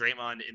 Draymond